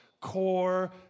Core